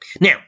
Now